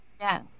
Yes